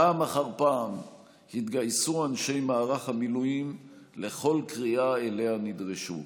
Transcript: פעם אחר פעם התגייסו אנשי מערך המילואים לכל קריאה שאליה נדרשו.